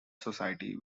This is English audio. society